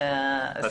השפתיים.